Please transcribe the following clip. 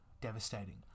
devastating